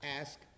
ask